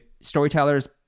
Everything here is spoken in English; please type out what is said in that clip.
storytellers